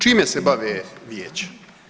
Čime se bave vijeća?